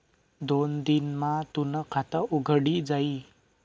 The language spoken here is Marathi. दोन दिन मा तूनं खातं उघडी जाई